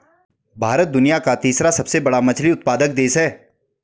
भारत दुनिया का तीसरा सबसे बड़ा मछली उत्पादक देश है